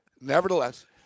nevertheless